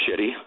shitty